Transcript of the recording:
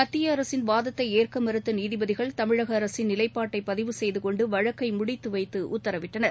மத்திய அரசின் வாதத்தை ஏற்க மறுத்த நீதிபதிகள் தமிழக அரசின் நிலைப்பாட்டை பதிவு செய்துகொண்டு வழக்கை முடித்துவைத்து உத்தரவிட்டனர்